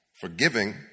Forgiving